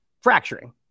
Fracturing